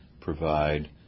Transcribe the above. provide